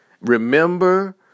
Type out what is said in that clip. Remember